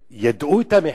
שידעו את המחדל,